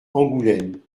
angoulême